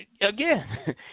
Again